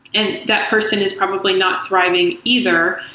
and that person is probably not thriving either.